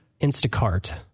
Instacart